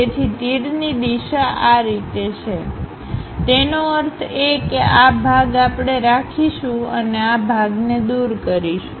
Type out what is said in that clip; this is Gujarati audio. તેથી તીરની દિશા આ રીતે છેતેનો અર્થ એ કે આ ભાગ આપણે રાખીશું અને આ ભાગને દૂર કરીશું